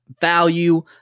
value